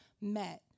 met